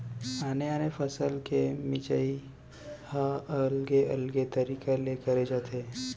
आने आने फसल के मिंजई ह अलगे अलगे तरिका ले करे जाथे